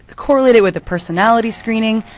correlate it with personality screening.